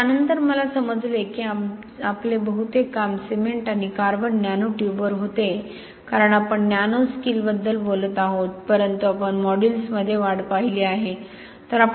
तर त्यानंतर मला समजले की आमचे बहुतेक काम सिमेंट आणि कार्बन नॅनो ट्यूबवर होते कारण आपण नॅनो स्किलबद्दल बोलत आहोत परंतु आपण मॉड्यूलसमध्ये वाढ पाहिली आहे